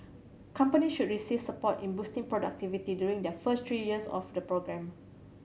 company should receive support in boosting productivity during their first three years of the programme